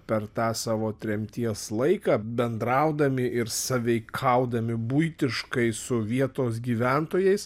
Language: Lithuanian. per tą savo tremties laiką bendraudami ir sąveikaudami buitiškai su vietos gyventojais